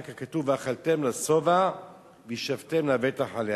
ואחר כך כתוב: "ואכלתם לשבע וישבתם לבטח עליה".